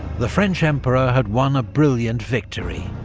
the french emperor had won a brilliant victory.